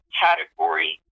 category